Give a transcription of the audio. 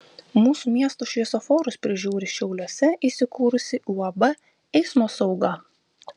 mūsų miesto šviesoforus prižiūri šiauliuose įsikūrusi uab eismo sauga